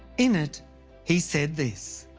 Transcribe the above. in it he said this.